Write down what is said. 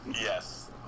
Yes